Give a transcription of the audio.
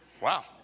Wow